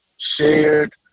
Shared